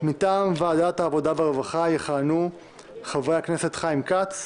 מטעם ועדת העבודה והרווחה יכהנו חברי הכנסת חיים כץ,